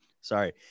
sorry